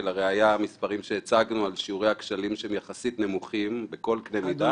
ולראיה המספרים שהצגנו על שיעורי הכשלים שהם יחסית נמוכים בכל קנה מידה.